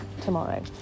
tomorrow